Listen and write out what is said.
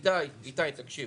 איתי, אנחנו